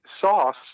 sauce